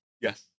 Yes